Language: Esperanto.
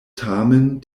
tamen